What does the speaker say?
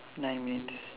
nine minutes